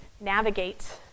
navigate